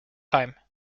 time